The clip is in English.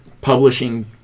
publishing